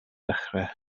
ddechrau